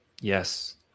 Yes